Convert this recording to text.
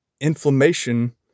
inflammation